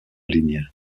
ligne